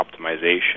optimization